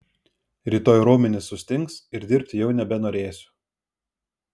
rytoj raumenys sustings ir dirbti jau nebenorėsiu